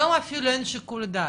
היום אפילו אין שיקול דעת.